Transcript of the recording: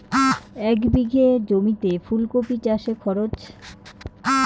এক বিঘে জমিতে ফুলকপি চাষে খরচ?